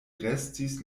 restis